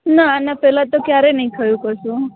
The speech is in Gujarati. ના આના પહેલાં તો ક્યારેય નથી થયું કશું